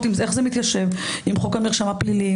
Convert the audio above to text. איך זה מתיישב עם חוק המרשם הפלילי,